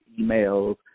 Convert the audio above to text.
emails